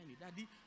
Daddy